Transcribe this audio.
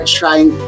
trying